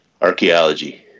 Archaeology